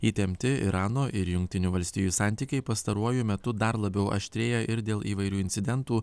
įtempti irano ir jungtinių valstijų santykiai pastaruoju metu dar labiau aštrėja ir dėl įvairių incidentų